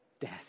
death